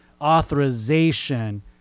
authorization